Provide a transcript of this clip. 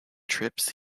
trips